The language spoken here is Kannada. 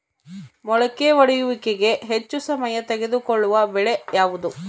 ಮೊಳಕೆ ಒಡೆಯುವಿಕೆಗೆ ಹೆಚ್ಚು ಸಮಯ ತೆಗೆದುಕೊಳ್ಳುವ ಬೆಳೆ ಯಾವುದು?